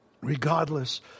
regardless